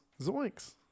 Zoinks